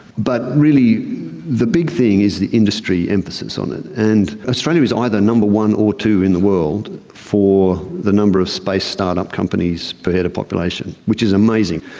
but really the big thing is the industry emphasis on it. and australia is either number one or two in the world for the number of space start-up companies per head of population, which is amazing.